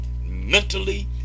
mentally